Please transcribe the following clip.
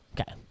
Okay